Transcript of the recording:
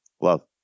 Love